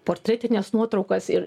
portretines nuotraukas ir